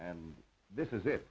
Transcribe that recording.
and this is it